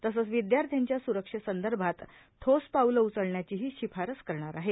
तसंच विद्याथ्यांच्या सुरक्षेसंदर्भात ठोस पाऊलं उचलण्याचीही शिफारस करणार आहे